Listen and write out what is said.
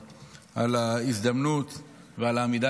על ההזדמנות וגם על העמידה